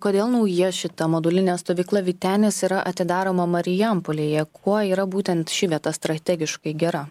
kodėl nauja šita modulinė stovykla vytenis yra atidaroma marijampolėje kuo yra būtent ši vieta strategiškai gera